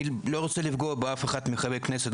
רוצה לפגוע באף אחד מחברי הכנסת,